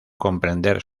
comprender